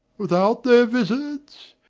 without their visits,